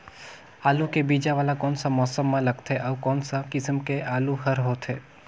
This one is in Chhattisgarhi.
आलू के बीजा वाला कोन सा मौसम म लगथे अउ कोन सा किसम के आलू हर होथे?